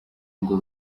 ngo